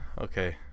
okay